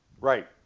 Right